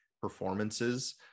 performances